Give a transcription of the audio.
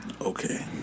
Okay